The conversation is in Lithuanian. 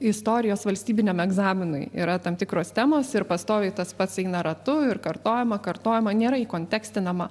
istorijos valstybiniam egzaminui yra tam tikros temos ir pastoviai tas pats eina ratu ir kartojama kartojama nėra įkontekstinama